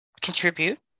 contribute